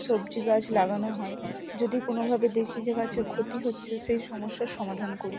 সবজি গাছ লাগানো হয় যদি কোনোভাবে দেখি যে গাছের ক্ষতি হচ্ছে সেই সমস্যার সমাধান করি